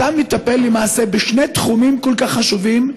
אתה מטפל למעשה בשני תחומים כל כך חשובים,